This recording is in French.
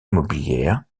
immobilière